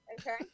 Okay